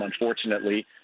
unfortunately